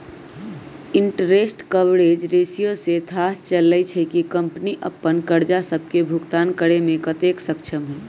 interest coverage ratio से थाह चललय छै कि कंपनी अप्पन करजा सभके भुगतान करेमें कतेक सक्षम हइ